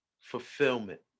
fulfillment